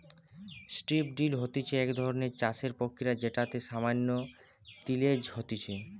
strip drill হতিছে এক ধরণের চাষের প্রক্রিয়া যেটাতে সামান্য তিলেজ হতিছে